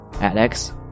Alex